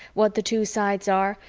what the two sides are,